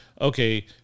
okay